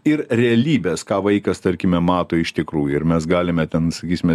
ir realybės ką vaikas tarkime mato iš tikrųjų ir mes galime ten sakysime